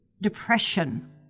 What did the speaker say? depression